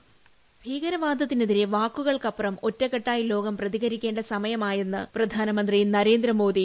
voice ഭീകരവാദത്തിനെതിരെ വാക്കുകൾക്കപ്പുറം ഒറ്റക്കെട്ടായി ലോകം പ്രതികരിക്കേണ്ട സമയമായെന്ന് പ്രധാനമന്ത്രി നരേന്ദ്ര മോദി